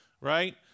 Right